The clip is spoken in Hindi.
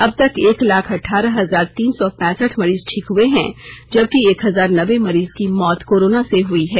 अब तक एक लाख अठारह हजार तीन सौ पैसठ मरीज ठीक हुए हैं जबकि एक हजार नब्बे मरीज की मौत कोरोना से हुई है